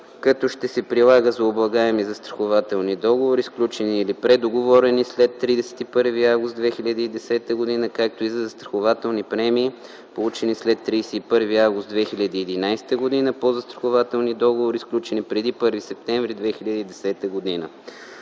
като ще се прилага за облагаеми застрахователни договори, сключени или предоговорени след 31 август 2010 г., както и за застрахователни премии, получени след 31 август 2011 г., по застрахователни договори, сключени преди 1 септември 2010г.